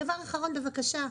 דבר אחרון, בבקשה,